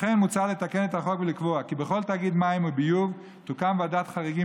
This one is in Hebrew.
לכן מוצע לתקן את החוק ולקבוע כי בכל תאגיד מים וביוב תוקם ועדת חריגים,